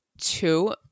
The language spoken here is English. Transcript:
Two